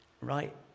right